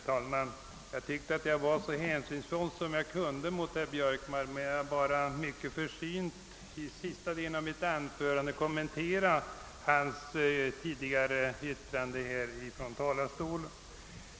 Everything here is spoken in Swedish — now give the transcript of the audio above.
Herr talman! Jag tyckte att jag var så hänsynsfull jag kunde mot herr Björkman när jag mycket försynt i sista delen av mitt anförande kommenterade hans tidigare yttrande från talarstolen.